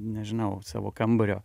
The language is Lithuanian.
nežinau savo kambario